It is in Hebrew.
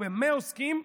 ובמה עוסקים?